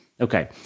Okay